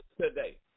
today